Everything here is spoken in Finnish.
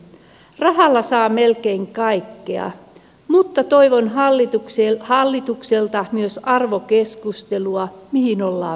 rahalla saa melkein kaikkea mutta toivon hallitukselta myös arvokeskustelua mihin ollaan menossa